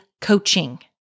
coaching